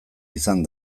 izan